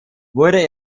wurde